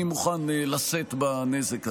אני מוכן לשאת בנזק הזה.